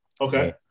Okay